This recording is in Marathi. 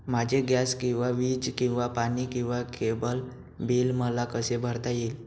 माझे गॅस किंवा वीज किंवा पाणी किंवा केबल बिल मला कसे भरता येईल?